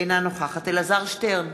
אינה נוכחת אלעזר שטרן,